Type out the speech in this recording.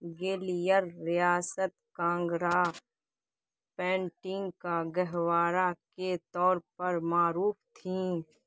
گیلیر ریاست کانگڑا پینٹنگ کا گہوارہ کے طور پر معروف تھیں